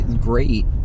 great